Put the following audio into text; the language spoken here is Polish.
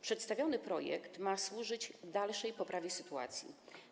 Przedstawiony projekt ma służyć dalszej poprawie sytuacji.